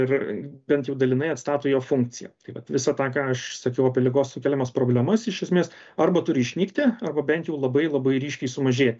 ir bent jau dalinai atstato jo funkciją tai vat visą tą ką aš sakiau apie ligos sukeliamas problemas iš esmės arba turi išnykti arba bent jau labai labai ryškiai sumažėti